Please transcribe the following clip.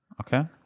Okay